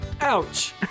Ouch